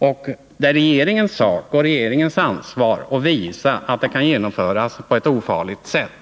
Och det är regeringen som har ansvaret för att visa att det kan ske på ett ofarligt sätt.